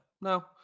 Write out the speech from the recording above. no